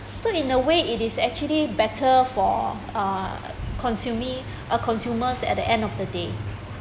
so in a way it is actually better for uh consuming uh consumers at the end of the day